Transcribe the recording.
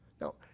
Now